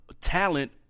talent